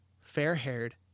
fair-haired